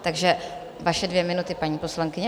Takže vaše dvě minuty, paní poslankyně.